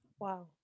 Wow